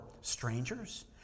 strangers